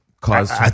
caused